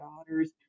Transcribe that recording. daughters